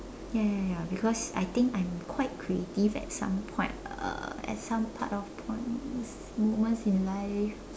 ya ya ya because I think I'm quite creative at some point uh at some part or points moments in life